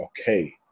okay